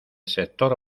sector